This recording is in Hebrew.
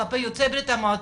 כלפי יוצאי בריה"מ,